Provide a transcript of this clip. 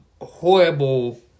horrible